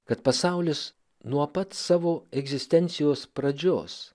kad pasaulis nuo pat savo egzistencijos pradžios